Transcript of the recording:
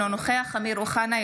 אינו נוכח אמיר אוחנה,